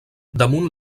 damunt